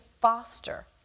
foster